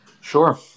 Sure